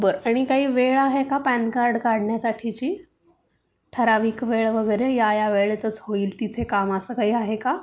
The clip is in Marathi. बरं आणि काही वेळ आहे का पॅन कार्ड काढण्यासाठीची ठराविक वेळ वगैरे या या वेळेतच होईल तिथे काम असं काही आहे का